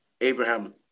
abraham